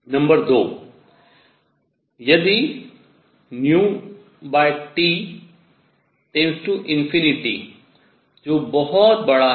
number 2 यदि T→ ∞ जो बहुत बड़ा है